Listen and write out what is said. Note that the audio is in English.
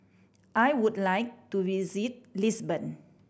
I would like to visit Lisbon